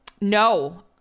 No